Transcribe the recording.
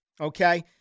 Okay